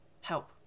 help